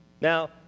Now